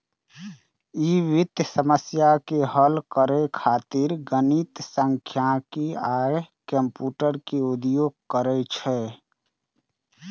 ई वित्तीय समस्या के हल करै खातिर गणित, सांख्यिकी आ कंप्यूटिंग के उपयोग करै छै